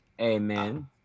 amen